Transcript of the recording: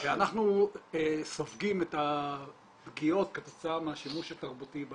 אנחנו סופגים את הפגיעות כתוצאה מהשימוש התרבותי,